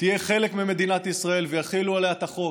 תהיה חלק ממדינת ישראל ויחילו עליה את החוק.